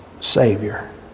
savior